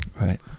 Right